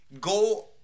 go